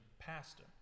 pastor